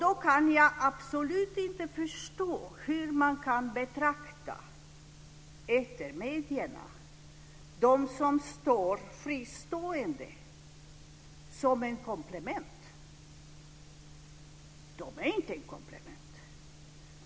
Då kan jag absolut inte förstå hur man kan betrakta etermedierna - de som står fristående - som ett komplement. De är inte ett komplement.